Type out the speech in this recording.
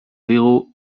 digu